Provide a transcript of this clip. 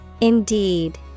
Indeed